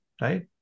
right